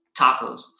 tacos